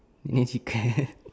Nene chicken